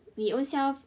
we ownself